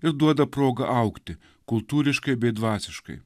ir duoda progą augti kultūriškai bei dvasiškai